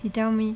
he tell me